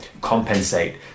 compensate